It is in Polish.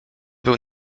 był